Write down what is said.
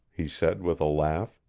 he said with a laugh.